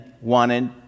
wanted